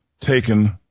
taken